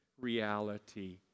reality